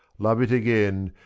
love it again,